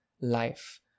life